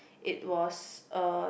it was uh